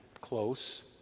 close